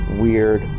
weird